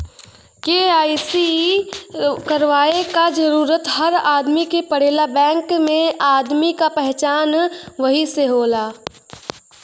KYC करवाये क जरूरत हर आदमी के पड़ेला बैंक में आदमी क पहचान वही से होला